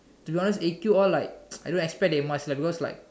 to be honest A_Q all like I don't expect they must lah because like